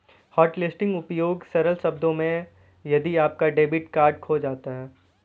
hotlisting उपयोग सरल शब्दों में यदि आपका डेबिट कार्ड खो जाता है